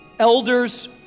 Elders